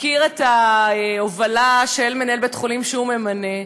מכיר את ההובלה של מנהל בית-חולים שהוא ממנה,